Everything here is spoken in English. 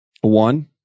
One